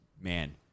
man